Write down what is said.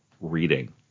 reading